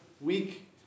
week